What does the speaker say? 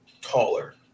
taller